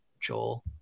joel